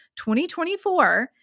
2024